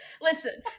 Listen